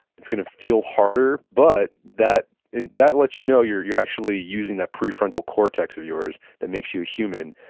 it's going to feel harder. but, that and that lets you know you're you're actually using that prefrontal cortex of yours that makes you a human.